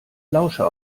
lauscher